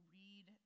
read